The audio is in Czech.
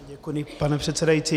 Děkuji, pane předsedající.